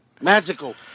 magical